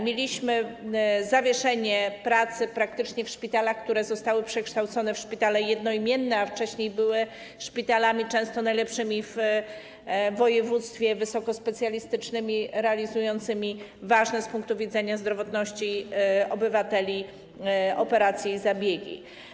Mieliśmy praktycznie zawieszenie prac w szpitalach, które zostały przekształcone w szpitale jednoimienne, a wcześniej były szpitalami często najlepszymi w województwie, wysokospecjalistycznymi realizującymi ważne z punktu widzenia zdrowotności obywateli operacje i zabiegi.